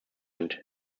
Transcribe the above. sind